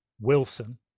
Wilson